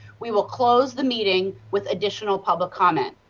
we will close the meeting with additional public comment.